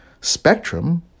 spectrum